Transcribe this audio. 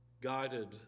guided